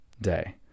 day